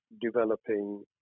developing